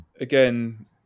again